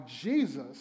Jesus